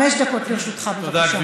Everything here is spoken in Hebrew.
חמש דקות לרשותך, בבקשה.